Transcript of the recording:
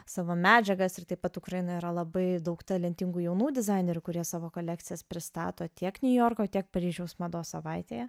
savo medžiagas ir taip pat ukrainoj yra labai daug talentingų jaunų dizainerių kurie savo kolekcijas pristato tiek niujorko tiek paryžiaus mados savaitėje